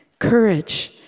Courage